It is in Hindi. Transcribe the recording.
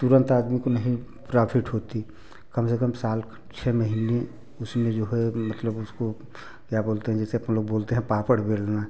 तुरंत आदमी को नहीं प्रॉफिट होती कम से कम साल छः महीने उसमें जो है मतलब उसको क्या बोलते हैं जैसे अपन लोग बोलते हैं पापड़ बेलना